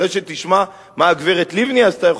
אחרי שתשמע מה הגברת לבני עשתה יכול